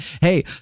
Hey